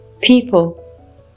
People